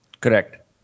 Correct